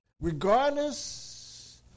Regardless